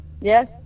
Yes